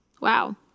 Wow